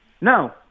No